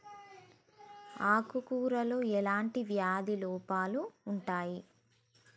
ఆకు కూరలో ఎలాంటి వ్యాధి లోపాలు ఉంటాయి?